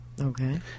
okay